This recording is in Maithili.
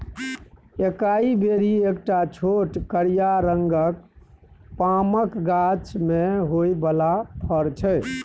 एकाइ बेरी एकटा छोट करिया रंगक पामक गाछ मे होइ बला फर छै